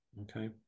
okay